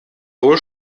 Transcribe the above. wohl